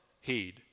heed